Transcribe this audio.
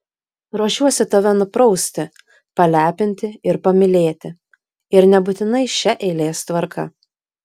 ruošiuosi tave nuprausti palepinti ir pamylėti ir nebūtinai šia eilės tvarka